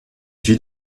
vit